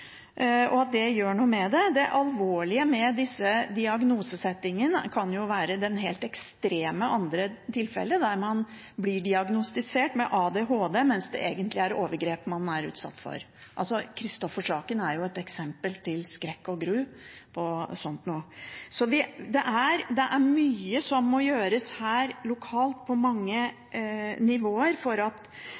og det gjør noe med en. Det alvorlige med disse diagnosesettingene kan være et annet, helt ekstremt tilfelle, der man blir diagnostisert med ADHD, mens det egentlig er overgrep man er utsatt for. Christoffer-saken er et eksempel til skrekk og gru. Det er mye som må gjøres lokalt på mange nivåer for at